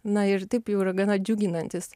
na ir taip jau yra gana džiuginantys